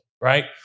Right